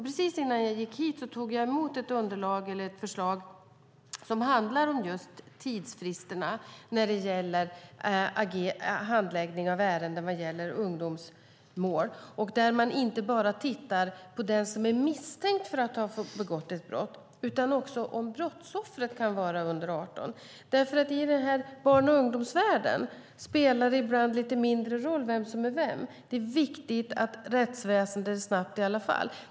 Precis innan jag gick hit tog jag emot ett förslag om tidsfristerna i handläggningen av ärenden som gäller ungdomsmål; man ska inte bara titta på den som är misstänkt för att ha begått ett brott utan också se om brottsoffret kan vara under 18. I barn och ungdomsvärlden spelar det ibland lite mindre roll vem som är vem, men det är viktigt att rättsväsendet är snabbt i alla fall.